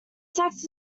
sex